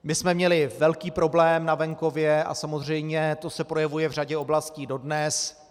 My jsme měli velký problém na venkově a samozřejmě se to projevuje v řadě oblastí dodnes: